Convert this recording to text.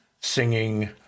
singing